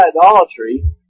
idolatry